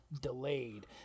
delayed